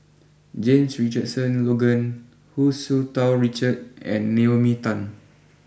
James Richardson Logan Hu Tsu Tau Richard and Naomi Tan